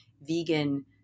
vegan